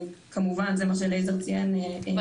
כמובן זה מה שלייזר ציין קודם --- אבל